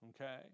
Okay